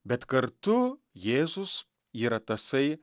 bet kartu jėzus yra tasai